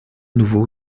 nouveau